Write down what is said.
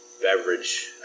beverage